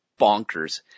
bonkers